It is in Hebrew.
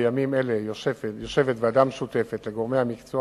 בימים אלה יושבת ועדה משותפת של גורמי המקצוע